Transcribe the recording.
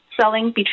selling